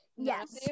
Yes